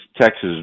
Texas